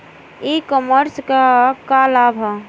ई कॉमर्स क का लाभ ह?